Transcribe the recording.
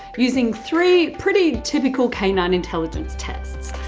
using three pretty typical canine intelligence tests.